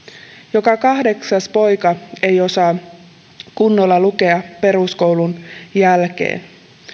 joka kahdeksas poika ei osaa kunnolla lukea peruskoulun jälkeen